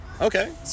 Okay